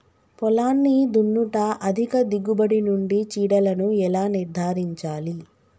పొలాన్ని దున్నుట అధిక దిగుబడి నుండి చీడలను ఎలా నిర్ధారించాలి?